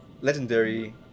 legendary